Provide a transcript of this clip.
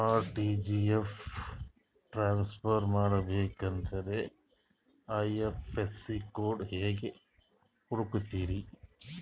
RTGS transfer ಮಾಡಬೇಕೆಂದರೆ I F S C code ಹೆಂಗ್ ಹುಡುಕೋದ್ರಿ?